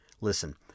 Listen